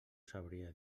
sabria